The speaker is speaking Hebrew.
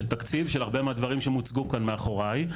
תקציב של הרבה מהדברים שמוצגים כאן מאחורי,